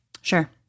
Sure